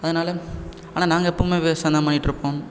அதனால் ஆனால் நாங்கள் எப்பவுமே விவசாயம் தான் பண்ணிட்டுருப்போம்